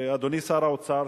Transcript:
אדוני שר האוצר,